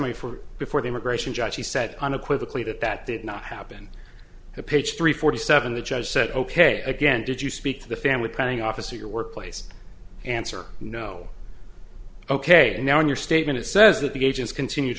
y for before the immigration judge she said unequivocally that that did not happen the pitch three forty seven the judge said ok again did you speak to the family planning office or your workplace answer no ok now in your statement it says that the agents continue